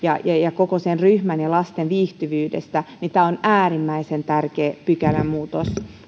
ja ja koko sen ryhmän ja lasten viihtyvyydestä tämä on äärimmäisen tärkeä pykälämuutos